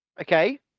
Okay